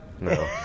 No